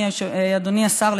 אדוני השר,